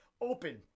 open